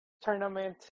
tournament